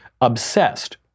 obsessed